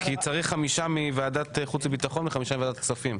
כי צריך חמישה מוועדת חוץ וביטחון וחמישה מוועדת הכספים,